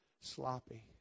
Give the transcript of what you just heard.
Sloppy